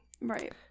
Right